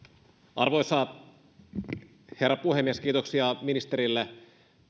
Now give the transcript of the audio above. arvoisa herra puhemies kiitoksia ministerille